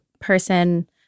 person